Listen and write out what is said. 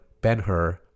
Ben-Hur